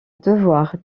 devoir